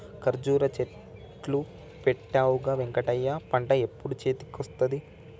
కర్జురా చెట్లు పెట్టవుగా వెంకటయ్య పంట ఎప్పుడు చేతికొస్తది